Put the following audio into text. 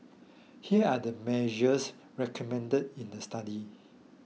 here are the measures recommended in the study